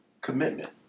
commitment